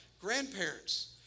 Grandparents